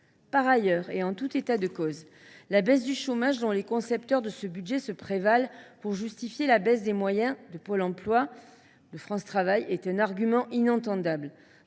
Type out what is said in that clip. Par ailleurs et en tout état de cause, la baisse du chômage dont les concepteurs de ce budget se prévalent pour justifier la baisse des moyens de France Travail est un argument inaudible.